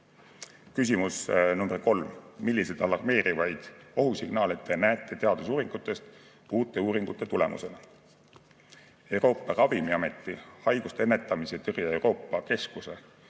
Küsimus nr 3: "Milliseid alarmeerivaid ohusignaale te näete teadusuuringutest, seoses uute uuringute tulemusena?" Euroopa Ravimiameti, Haiguste Ennetamise ja Tõrje Euroopa Keskuse,